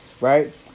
right